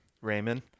Raymond